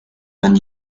and